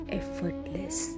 effortless